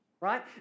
Right